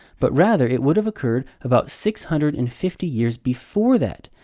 but rather, it would have occurred about six hundred and fifty years before that.